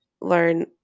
learn